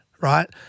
right